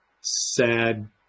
sad